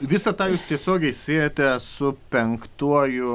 visą tą jūs tiesiogiai siejate su penktuoju